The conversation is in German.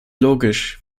logisch